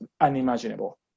unimaginable